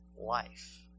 life